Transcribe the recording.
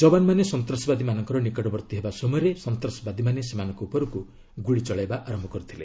ଜବାନମାନେ ସନ୍ତାସବାଦୀମାନଙ୍କର ନିକଟବର୍ତ୍ତୀ ହେବା ସମୟରେ ସନ୍ତାସବାଦୀମାନେ ସେମାନଙ୍କ ଉପରକୁ ଗୁଳି ଚଳାଇବା ଆରମ୍ଭ କରିଥିଲେ